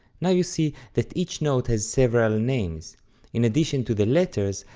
now you see that each note has several names in addition to the letters,